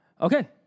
Okay